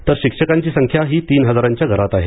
तर शिक्षकांची संख्या ही तीन हजाराच्या घरात आहे